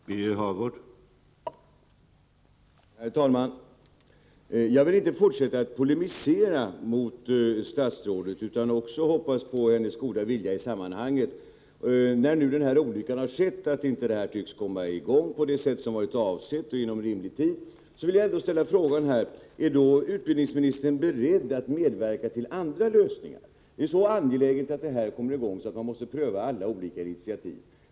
Herr talman! Jag vill inte fortsätta att polemisera mot statsrådet, utan jag hoppas på hennes goda vilja i sammanhanget. När nu olyckan skett att projektet inte tycks komma i gång på det sätt som varit avsett och inom rimlig tid, vill jag ställa frågan: Är utbildningsministern då beredd att medverka till andra lösningar? Det är så angeläget att detta projekt kommer i gång att man måste pröva alla olika initiativ.